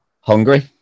Hungary